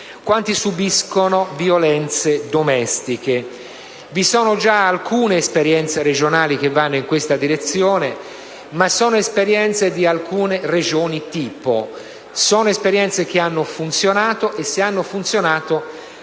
quanti subiscono violenze domestiche. Vi sono già alcune esperienze regionali che vanno in questa direzione, ma interessano alcune Regioni-tipo: sono esperienze che hanno funzionato e, se hanno funzionato,